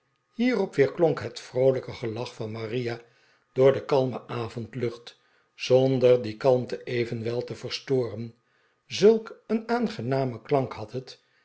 hierop weerklonk het vroolijke gelach van maria door de kalme avondlucht zonder die kalmte evenwel te verstoren zulk een aangenamen klank had het